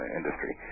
industry